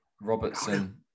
Robertson